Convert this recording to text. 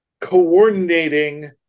coordinating